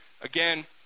Again